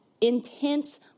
intense